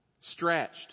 stretched